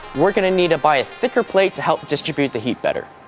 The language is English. we're gonna need to buy a thicker plate to help distribute the heat better.